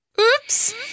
Oops